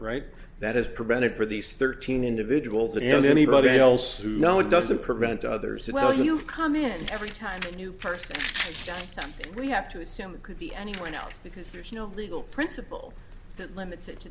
right that is prevented for these thirteen individuals or anybody else to know it doesn't prevent others where you've come in every time a new person we have to assume could be anyone else because there's no legal principle that limit